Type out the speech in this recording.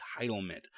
entitlement